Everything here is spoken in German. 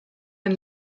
ein